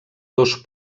dos